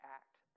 act